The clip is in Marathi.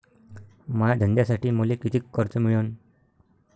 माया धंद्यासाठी मले कितीक कर्ज मिळनं?